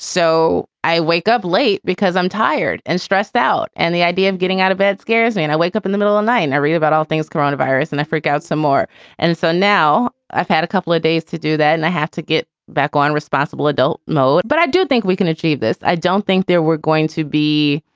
so i wake up late because i'm tired and stressed out. and the idea of getting out of bed scares me. and i wake up in the middle of night. i read about all things coronavirus and i freak out some more and so now i've had a couple of days to do that and i have to get back on responsible adult mode. but i do think we can achieve this. i don't think there were going to be.